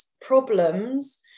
problems